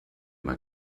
mal